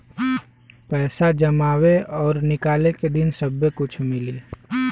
पैसा जमावे और निकाले के दिन सब्बे कुछ मिली